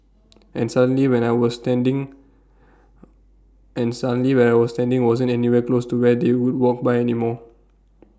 and suddenly where I was standing and suddenly where I was standing wasn't anywhere close to where they would walk by anymore